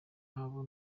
nkaba